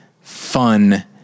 fun